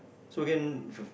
so again